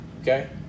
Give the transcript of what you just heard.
Okay